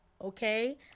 Okay